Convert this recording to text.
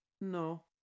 No